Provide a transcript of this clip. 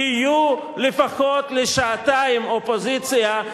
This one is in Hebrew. תהיו לפחות לשעתיים אופוזיציה,